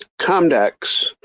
Comdex